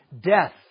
Death